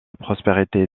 prospérité